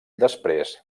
després